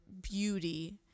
beauty